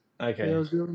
Okay